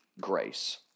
grace